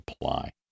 apply